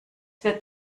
wird